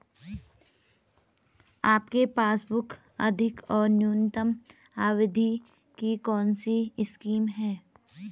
आपके पासबुक अधिक और न्यूनतम अवधि की कौनसी स्कीम है?